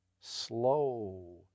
slow